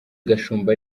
gashumba